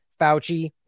Fauci